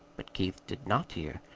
but keith did not hear.